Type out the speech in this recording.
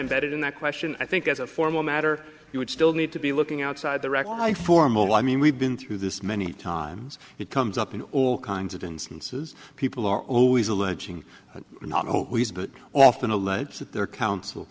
embedded in that question i think as a formal matter you would still need to be looking outside the record high formal i mean we've been through this many times it comes up in all kinds of instances people are always alleging not always but often allege that their counsel